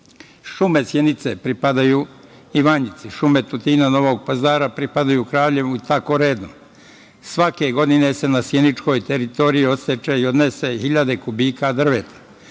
Šume Sjenice pripadaju Ivanjici, šume Tutina, Novog Pazara pripadaju Kraljevu i tako redom. Svake godine se na Sjeničkoj teritoriji odseče i odnese hiljade kubika drveta.